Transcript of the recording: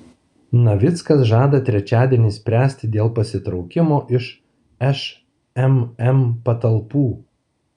navickas žada trečiadienį spręsti dėl pasitraukimo iš šmm patalpų